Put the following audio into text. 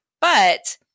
But-